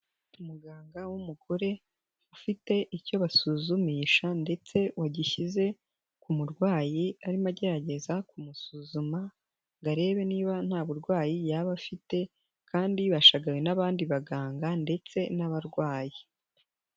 umuganga w'umugore, ufite icyo basuzumisha ndetse wagishyize ku murwayi arimo agerageza kumusuzuma ngo arebe niba nta burwayi yaba afite kandi bashagawe n'abandi baganga ndetse n'abarwayi.